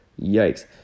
Yikes